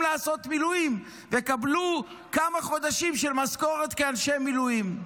לעשות מילואים ויקבלו כמה חודשים של משכורת כאנשי מילואים.